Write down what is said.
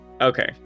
Okay